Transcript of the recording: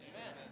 Amen